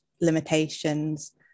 limitations